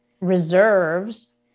reserves